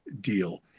deal